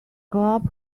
club